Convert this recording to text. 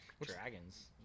dragons